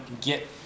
get